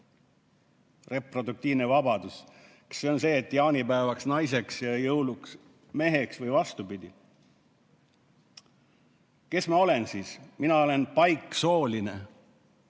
Reproduktiivne vabadus. Kas see on see, et jaanipäevaks naiseks ja jõuluks meheks või vastupidi? Kes ma olen siis? Mina olen paiksooline